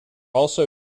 also